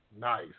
nice